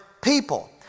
people